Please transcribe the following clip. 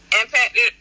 impacted